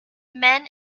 men